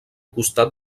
costat